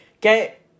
get